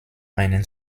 einen